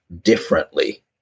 differently